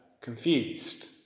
Confused